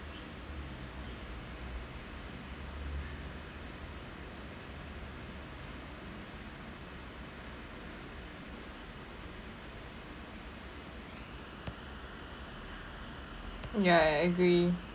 ya I agree